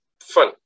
fun